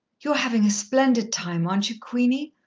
you're having a splendid time, aren't you, queenie?